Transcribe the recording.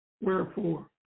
Wherefore